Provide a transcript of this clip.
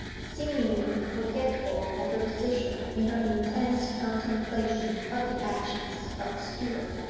seemingly forgetful of her position in her intense contemplation of the actions of the steward.